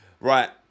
Right